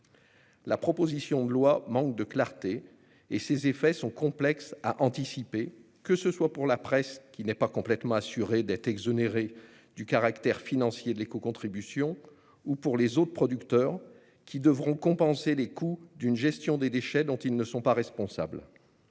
La proposition de loi manque de clarté, et ses effets sont complexes à anticiper, que ce soit pour la presse, qui n'est pas complètement assurée d'être exonérée du caractère non financier de l'écocontribution, ou pour les autres producteurs, qui devront compenser les coûts d'une gestion des déchets dont ils ne sont pas responsables.